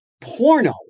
porno